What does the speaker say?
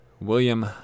William